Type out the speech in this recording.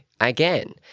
again